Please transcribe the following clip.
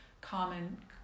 common